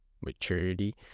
maturity